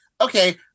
okay